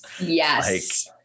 yes